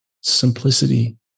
simplicity